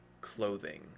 clothing